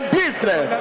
business